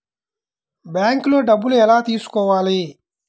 బ్యాంక్లో డబ్బులు ఎలా తీసుకోవాలి?